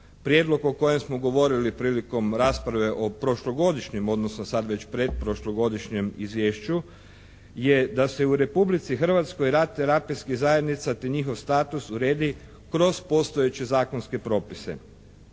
prijedlog o kojem smo govorili prilikom rasprave o prošlogodišnjem, odnosno sada već predprošlogodišnjem izvješću je da se u Republici Hrvatskoj rad terapijskih zajednica te njihov status uredi kroz postojeće zakonske propise.